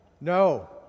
No